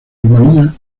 rumania